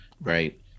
right